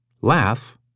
laugh